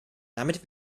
damit